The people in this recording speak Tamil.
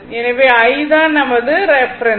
எனவே I தான் நமது பெரென்ஸ்